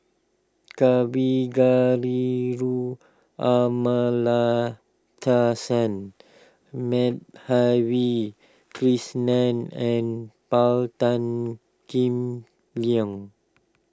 Kavignareru Amallathasan Madhavi Krishnan and Paul Tan Kim Liang